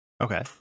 Okay